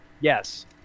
Yes